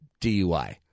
DUI